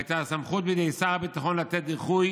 הייתה סמכות בידי שר הביטחון לתת דיחוי